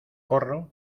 corro